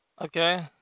Okay